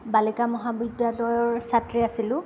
বালিকা মহাবিদ্যালয়ৰ ছাত্ৰী আছিলোঁ